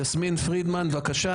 יסמין פרידמן, בבקשה.